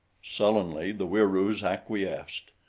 sullenly the wieroos acquiesced.